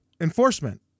enforcement